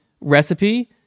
recipe